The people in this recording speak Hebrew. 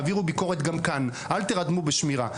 תעבירו ביקורת גם כאן, אל תירדמו בשמירה.